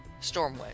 Stormwind